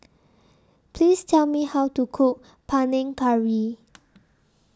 Please Tell Me How to Cook Panang Curry